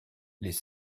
les